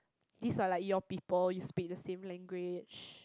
these are like your people you speak the same language